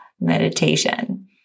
meditation